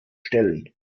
stellen